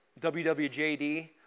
WWJD